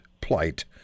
plight